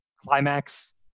climax